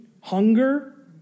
hunger